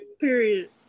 Period